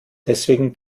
deswegen